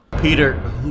Peter